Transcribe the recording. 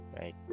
right